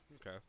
Okay